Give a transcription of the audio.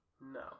No